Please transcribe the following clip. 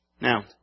Now